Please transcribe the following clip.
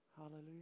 Hallelujah